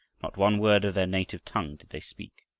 not one word of their native tongue did they speak.